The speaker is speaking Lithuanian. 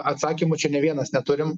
atsakymų čia nė vienas neturim